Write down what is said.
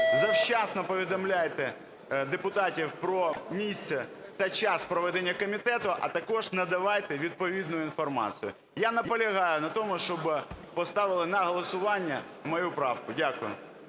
Завчасно повідомляйте депутатів про місце та час проведення комітету, а також надавайте відповідну інформацію. Я наполягаю на тому, щоби поставили на голосування мою правку. Дякую.